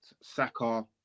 Saka